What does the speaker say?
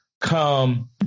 come